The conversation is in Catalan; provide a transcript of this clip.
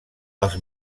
els